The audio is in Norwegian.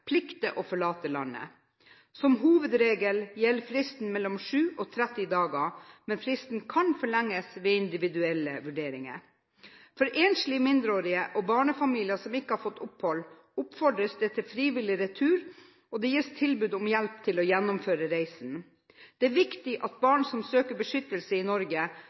plikter å forlate landet. Som hovedregel gjelder fristen mellom 7 og 30 dager, men fristen kan forlenges ved individuelle vurderinger. For enslige mindreårige og barnefamilier som ikke har fått opphold, oppfordres det til frivillig retur, og det gis tilbud om hjelp til å gjennomføre reisen. Det er viktig at barn som søker beskyttelse i Norge,